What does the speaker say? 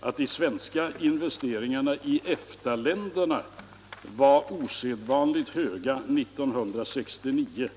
att de svenska investeringarna i EFTA länderna var osedvanligt höga under år 1969.